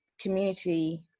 community